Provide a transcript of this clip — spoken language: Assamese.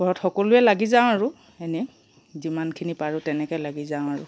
ঘৰত সকলোৱে লাগি যাওঁ আৰু এনেই যিমানখিনি পাৰোঁ তেনেকৈ লাগি যাওঁ আৰু